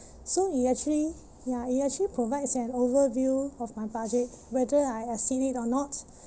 so it actually ya it actually provides an overview of my budget whether I exceed it or not